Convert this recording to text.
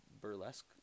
burlesque